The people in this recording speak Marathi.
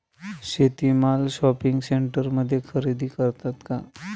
शेती माल शॉपिंग सेंटरमध्ये खरेदी करतात का?